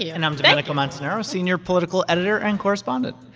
yeah and i'm domenico montanaro, senior political editor and correspondent